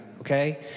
okay